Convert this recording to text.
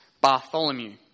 Bartholomew